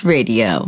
Radio